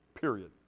period